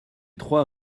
trois